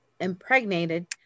impregnated